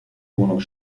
wohnung